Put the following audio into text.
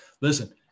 listen